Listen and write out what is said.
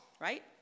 right